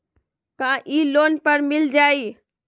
का इ लोन पर मिल जाइ?